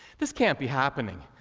this can't be happening.